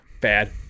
bad